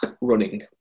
running